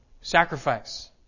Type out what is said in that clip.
sacrifice